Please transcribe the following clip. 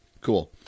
Cool